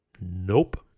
Nope